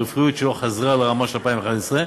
הרווחיות שלו חזרה לרמה של 2015,